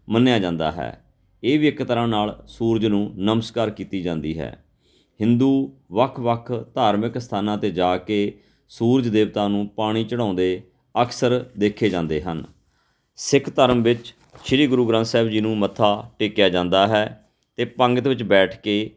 ਮੰਨਿਆ ਜਾਂਦਾ ਹੈ ਇਹ ਵੀ ਇੱਕ ਤਰ੍ਹਾਂ ਨਾਲ ਸੂਰਜ ਨੂੰ ਨਮਸਕਾਰ ਕੀਤੀ ਜਾਂਦੀ ਹੈ ਹਿੰਦੂ ਵੱਖ ਵੱਖ ਧਾਰਮਿਕ ਅਸਥਾਨਾਂ 'ਤੇ ਜਾ ਕੇ ਸੂਰਜ ਦੇਵਤਾ ਨੂੰ ਪਾਣੀ ਚੜ੍ਹਾਉਂਦੇ ਅਕਸਰ ਦੇਖੇ ਜਾਂਦੇ ਹਨ ਸਿੱਖ ਧਰਮ ਵਿੱਚ ਸ਼੍ਰੀ ਗੁਰੂ ਗ੍ਰੰਥ ਸਾਹਿਬ ਜੀ ਨੂੰ ਮੱਥਾ ਟੇਕਿਆ ਜਾਂਦਾ ਹੈ ਅਤੇ ਪੰਗਤ ਵਿੱਚ ਬੈਠ ਕੇ